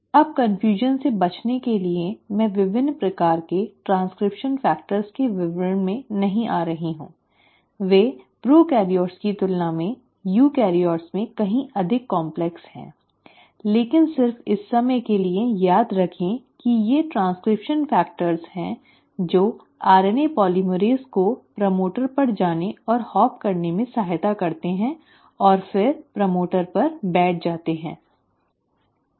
अब कन्फ्यूजन से बचने के लिए मैं विभिन्न प्रकार के ट्रांसक्रिप्शन फैक्टर्स के विवरण में नहीं आ रही हूं वे प्रोकैरियोट्स की तुलना में यूकेरियोट्स में कहीं अधिक जटिल हैं लेकिन सिर्फ इस समय के लिए याद रखें कि यह ये ट्रांसक्रिप्शन फैक्टर्स हैं जो आरएनए पोलीमरेज़ को प्रमोटर पर जाने और हॉप करने में सहायता करते हैं और फिर प्रमोटर पर बैठ जाते हैं